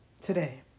Today